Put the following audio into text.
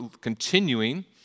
continuing